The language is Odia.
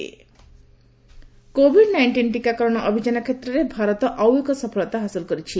ଭାକୁନେସନ୍ କୋଭିଡ ନାଇଷ୍ଟିନ୍ ଟିକାକରଣ ଅଭିଯାନ କ୍ଷେତ୍ରରେ ଭାରତ ଆଉଏକ ସଫଳତା ହାସଲ କରିଛି